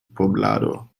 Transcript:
poblado